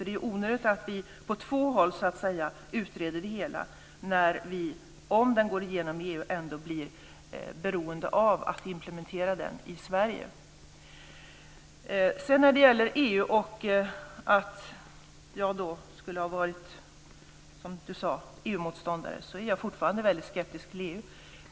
Det är onödigt att vi utreder det hela på två håll. Om det går igenom i EU blir vi ju ändå beroende av att implementera det i Sverige. Elver Jonsson sade att jag skulle ha varit EU motståndare. Jag är fortfarande väldigt skeptisk till EU.